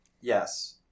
Yes